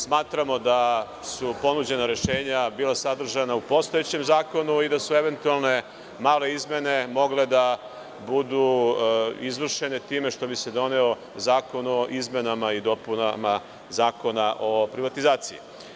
Smatramo da su ponuđena rešenja bila sadržana u postojećem zakonu i da su eventualne male izmene mogle da budu izvršene time što bi se doneo zakon o izmenama i dopunama Zakona o privatizaciji.